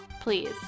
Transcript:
Please